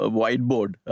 whiteboard